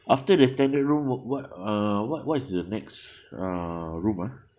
after the standard room what what uh what what is the next uh room ah